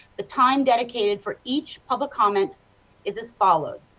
the time dedicated for each public comment is as followed.